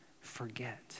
forget